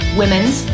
women's